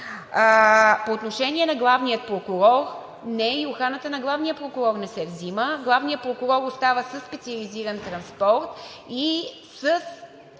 По отношение на главния прокурор – не, и охраната на главния прокурор не се взима. Главният прокурор остава със специализиран транспорт и с